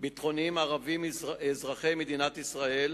ביטחוניים ערבים אזרחי מדינת ישראל,